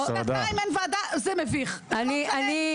שנתיים אין ועדה וזה מביך זה לא משנה מאיפה אנחנו,